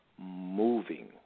moving